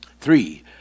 Three